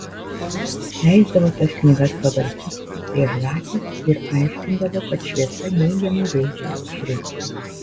leisdavo tas knygas pavartyti tik prie žvakės ir aiškindavo kad šviesa neigiamai veikia šriftą